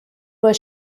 was